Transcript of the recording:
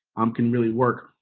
um can really work.